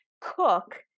cook